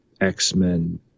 X-Men